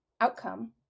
outcome